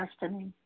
destiny